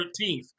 13th